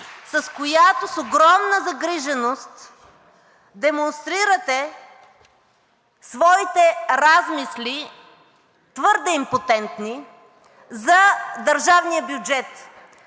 с която с огромна загриженост демонстрирате своите размисли, твърде импотентни за държавния бюджет?!